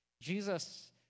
Jesus